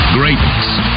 Greatness